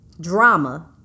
drama